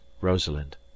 Rosalind